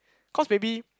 cause maybe